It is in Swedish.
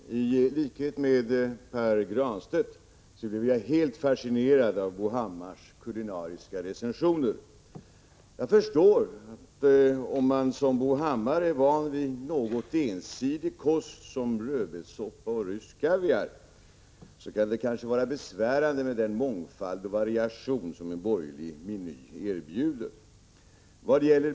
Fru talman! I likhet med Pär Granstedt blev jag helt fascinerad av Bo Hammars kulinariska recensioner. Jag förstår att det, om man som Bo Hammar är van vid ensidig kost som rödbetssoppa och rysk kaviar, kanske kan vara besvärande med den mångfald och variation som den borgerliga menyn erbjuder.